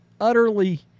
utterly